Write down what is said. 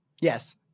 Yes